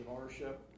ownership